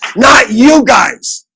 not you guys